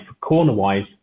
corner-wise